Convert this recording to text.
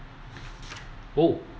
oh